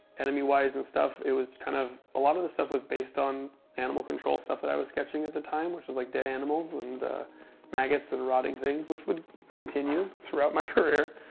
enemy-wise and stuff, it was kind of a lot of the stuff was based on animal control stuff that i was sketching at the time, which was like dead animals, and maggots, and rotting things, which would continue throughout my career.